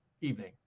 evening